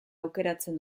aukeratzen